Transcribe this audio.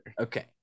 okay